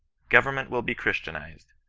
govemnaent will be christianized,